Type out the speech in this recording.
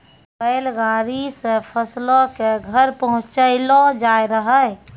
बैल गाड़ी से फसलो के घर पहुँचैलो जाय रहै